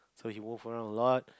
like he move around a lot